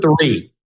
three